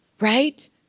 right